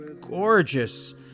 gorgeous